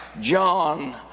John